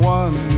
one